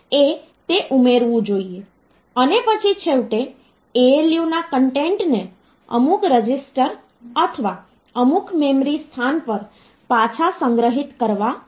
અને પછી છેવટે ALU ના કન્ટેન્ટને અમુક રજીસ્ટર અથવા અમુક મેમરી સ્થાન પર પાછા સંગ્રહિત કરવા જોઈએ